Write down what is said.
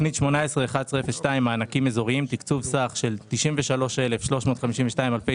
תוכנית 181102: מענקים אזוריים תקצוב סך של 93,352 אלפי